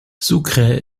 sucre